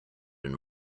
and